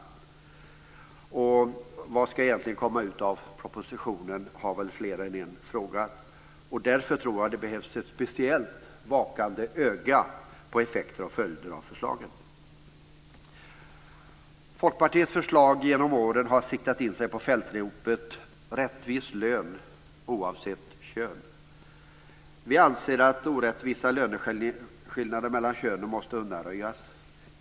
Fler än en har frågat vad som egentligen ska komma ut av propositionen. Därför tror jag att det behövs ett speciellt vakande öga på effekter och följder av förslagen. Folkpartiets förslag genom åren har siktat in sig på fältropet "Rättvis lön oavsett kön". Vi anser att orättvisa löneskillnader mellan könen måste undanröjas.